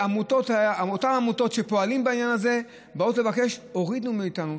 ואותן עמותות שפועלות בעניין הזה באות לבקש: הורידו מאיתנו,